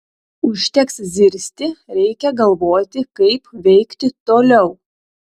užteks zirzti reikia galvoti kaip veikti toliau